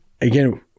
Again –